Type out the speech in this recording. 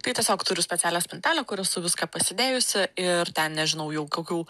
tai tiesiog turiu specialią spintelę kur esu viską pasidėjusi ir ten nežinau jau kokių